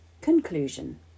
Conclusion